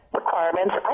requirements